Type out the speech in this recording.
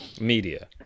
Media